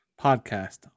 podcast